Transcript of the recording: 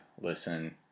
listen